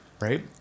right